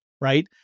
right